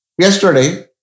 yesterday